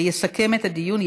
יסכם את הדיון,